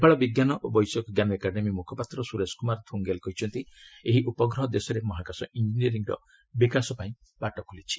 ନେପାଳ ବିଜ୍ଞାନ ଓ ବୈଷୟିକଜ୍ଞାନ ଏକାଡେମୀ ମୁଖପାତ୍ର ସୁରେଶ କୁମାର ଧୁଙ୍ଗେଲ୍ କହିଛନ୍ତି ଏହି ଉପଗ୍ରହ ଦେଶରେ ମହାକାଶ ଇଞ୍ଜିନିୟରିଂର ବିକାଶ ପାଇଁ ବାଟ ଖୋଲିଛି